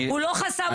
הוא לא חסם אותם מלרדת,